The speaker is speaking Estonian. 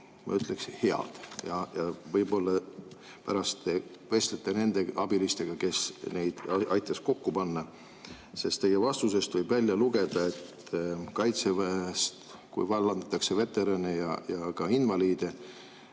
ma ütleksin, head. Võib-olla te pärast vestlete nende abilistega, kes neid aitasid kokku panna. Teie vastusest võib välja lugeda, et kui kaitseväest vallandatakse veterane ja ka invaliide,